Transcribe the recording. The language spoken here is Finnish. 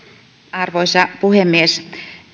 arvoisa puhemies